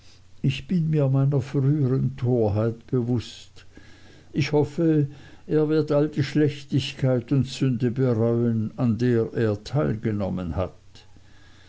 ich bin mir meiner früheren torheit bewußt ich hoffe er wird all die schlechtigkeit und sünde bereuen an der er teilgenommen hat